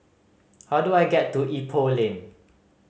how do I get to Ipoh Lane